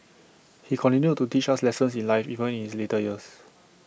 he continued to teach us lessons in life even in his later years